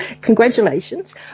Congratulations